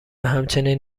همچنین